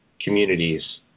communities